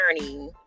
journey